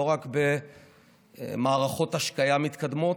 לא רק במערכות השקיה מתקדמות,